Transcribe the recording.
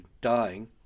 dying